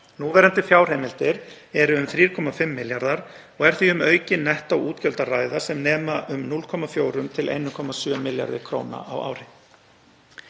Núverandi fjárheimildir eru um 3,5 milljarðar og er því um aukin nettóútgjöld að ræða sem nema um 0,4–1,7 milljörðum kr. á ári.